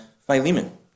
Philemon